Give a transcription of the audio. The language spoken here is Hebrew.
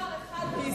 יש שר אחד בממשלה.